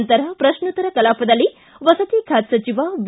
ನಂತರ ಪ್ರಕ್ನೋತ್ತರ ಕಲಾಪದಲ್ಲಿ ವಸತಿ ಖಾತೆ ಸಚಿವ ವಿ